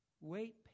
Wait